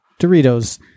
Doritos